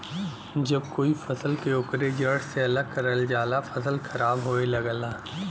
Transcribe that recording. जब कोई फसल के ओकरे जड़ से अलग करल जाला फसल खराब होये लगला